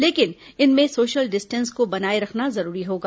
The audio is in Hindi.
लेकिन इनमें सोशल डिस्टेंस को बनाए रखना जरूरी होगा